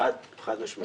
חד משמעית.